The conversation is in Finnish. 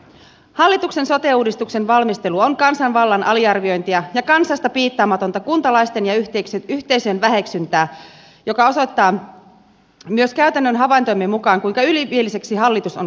hallituksen sote uudistuksen valmistelu on kansanvallan aliarviointia ja kansasta piittaamatonta kuntalaisten ja yhteisöjen väheksyntää joka osoittaa myös käytännön havaintojemme mukaan kuinka ylimieliseksi hallitus on käynyt